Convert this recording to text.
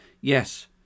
yes